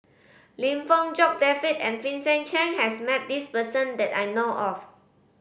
Lim Fong Jock David and Vincent Cheng has met this person that I know of